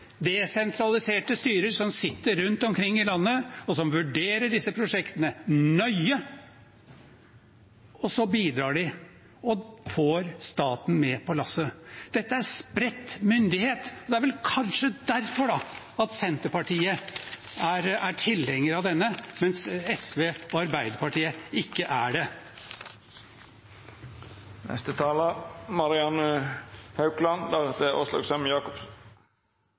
desentraliserte styrer som sitter rundt omkring i landet, og som vurderer disse prosjektene nøye, og så bidrar de og får staten med på lasset. Dette er spredt myndighet. Det er vel kanskje derfor Senterpartiet er tilhenger av denne, mens SV og Arbeiderpartiet ikke er det.